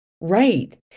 Right